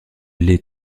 les